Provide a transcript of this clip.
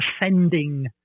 ascending